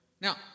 Now